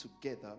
together